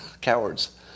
cowards